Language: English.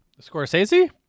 Scorsese